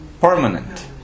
permanent